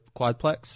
quadplex